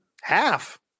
Half